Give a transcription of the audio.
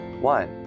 one